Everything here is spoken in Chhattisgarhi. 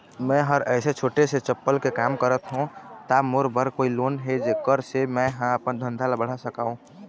मैं हर ऐसे छोटे से चप्पल के काम करथों ता मोर बर कोई लोन हे जेकर से मैं हा अपन धंधा ला बढ़ा सकाओ?